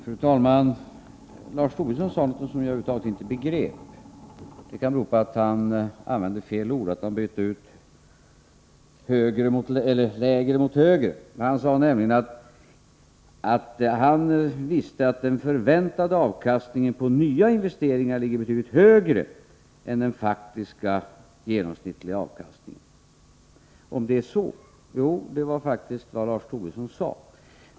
Fru talman! Lars Tobisson sade något som jag över huvud taget inte begrep. Det kan bero på att han använde fel ord, att han bytte ut lägre mot högre. Han sade nämligen att han visste att den förväntade avkastningen på nya investeringar ligger betydligt högre än den faktiska genomsnittliga avkastningen. Det var verkligen vad Lars Tobisson sade.